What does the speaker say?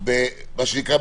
מה שנקרא,